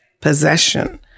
Possession